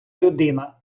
людина